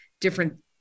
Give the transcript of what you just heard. different